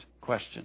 question